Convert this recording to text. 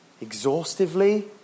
exhaustively